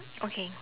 okay